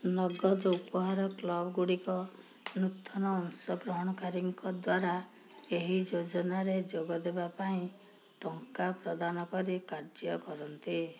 ନଗଦ ଉପହାର କ୍ଲବ୍ ଗୁଡ଼ିକ ନୂତନ ଅଂଶଗ୍ରହଣକାରୀଙ୍କ ଦ୍ୱାରା ଏହି ଯୋଜନାରେ ଯୋଗ ଦେବା ପାଇଁ ଟଙ୍କା ପ୍ରଦାନ କରି କାର୍ଯ୍ୟ କରନ୍ତି